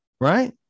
Right